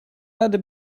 erde